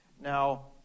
Now